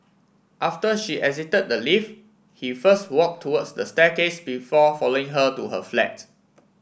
after she exited the lift he first walked towards the staircase before following her to her flat